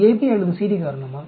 AB அல்லது CD காரணமா